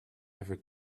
ever